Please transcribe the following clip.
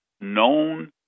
known